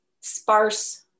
sparse